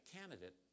candidate